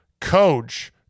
coach